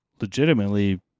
legitimately